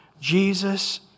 Jesus